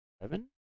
Eleven